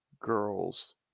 Girls